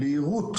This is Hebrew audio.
ליירוט,